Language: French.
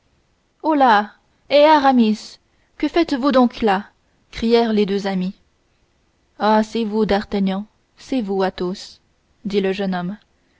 holà eh aramis que diable faites-vous donc là crièrent les deux amis ah c'est vous d'artagnan c'est vous athos dit le jeune homme